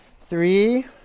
three